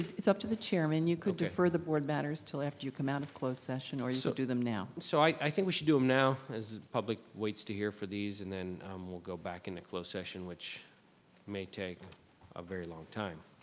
it's up to the chairman. you could defer the board matters til after you come out of closed session, or you could so do them now. so i think we should do them now, as the public waits to hear for these, and then we'll go back into closed session, which may take a very long time.